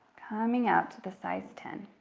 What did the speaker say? coming out to the size ten,